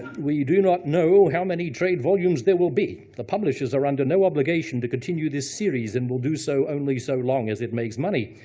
we do not know how many trade volumes there will be. the publishers are under no obligation to continue this series, and will do so only so long as it makes money.